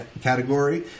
category